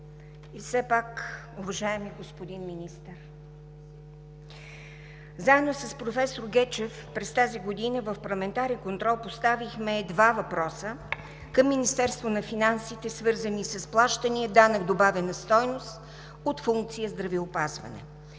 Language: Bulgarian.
И все пак, уважаеми господин Министър, заедно с професор Гечев през тази година в парламентарен контрол поставихме два въпроса към Министерството на финансите, свързани с плащания, данък добавена стойност от функция „Здравеопазване“.